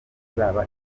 izaba